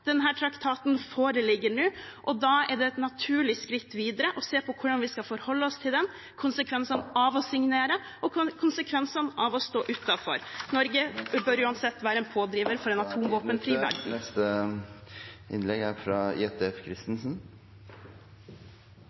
traktaten foreligger nå, og da er det et naturlig skritt videre å se på hvordan vi skal forholde oss til den – konsekvensene av å signere og konsekvensene av å stå utenfor. Norge bør uansett være en pådriver for en atomvåpenfri verden. Jeg tar ordet for å rydde litt i debatten. Det trengs. Arbeiderpartiet er